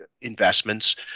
investments